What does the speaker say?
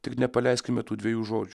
tik nepaleiskime tų dviejų žodžių